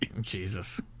Jesus